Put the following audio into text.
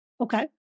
Okay